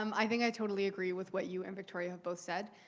um i think i totally agree with what you and victoria have both said.